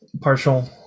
partial